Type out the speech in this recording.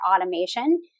automation